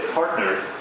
partnered